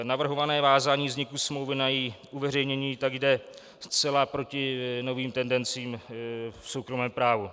Navrhované vázání vzniku smlouvy na její uveřejnění tak jde zcela proti novým tendencím v soukromém právu.